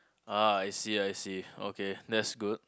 ah I see I see okay that's good